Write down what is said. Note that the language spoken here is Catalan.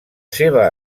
seva